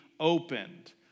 Opened